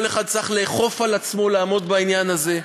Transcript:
כל אחד צריך לאכוף על עצמו לעמוד בעניין הזה.